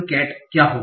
cat क्या होंगी